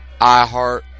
iheart